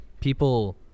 people